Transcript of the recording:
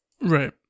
Right